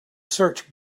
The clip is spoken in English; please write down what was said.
search